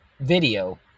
video